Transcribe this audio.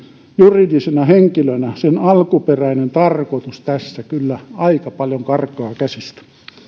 juridisena henkilönä osakeyhtiön alkuperäinen tarkoitus tässä kyllä aika paljon karkaa käsistä